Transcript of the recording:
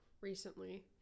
recently